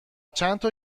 چندتا